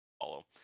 follow